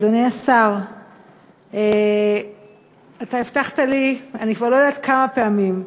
אדוני השר, הבטחת לי, אני כבר לא יודעת כמה פעמים,